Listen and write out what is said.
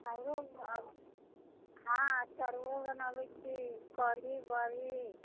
आओर हँ तरुओ बनबै छी कढ़ी बड़ी